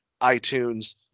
iTunes